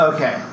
Okay